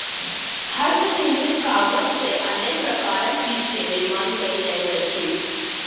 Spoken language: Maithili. हस्त निर्मित कागज सॅ अनेक प्रकारक चीज के निर्माण कयल जाइत अछि